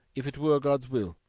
if it were god's will.